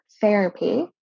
therapy